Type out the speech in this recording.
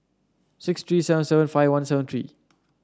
six three seven seven five one seven three